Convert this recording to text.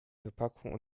verpackung